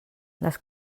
les